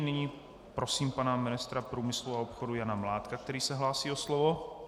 Nyní prosím pana ministra průmyslu a obchodu Jana Mládka, který se hlásí o slovo.